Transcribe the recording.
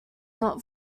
not